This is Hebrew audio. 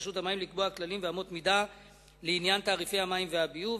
רשות המים לקבוע כללים ואמות מידה לעניין תעריפי המים והביוב,